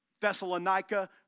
Thessalonica